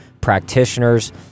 practitioners